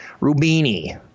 Rubini